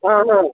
না না